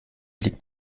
liegt